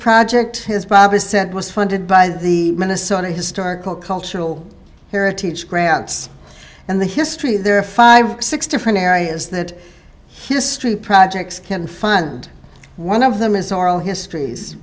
project his bob has said was funded by the minnesota historical cultural heritage grants and the history there are five six different areas that history projects can find one of them is oral histories